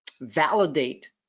validate